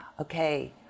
okay